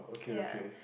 ya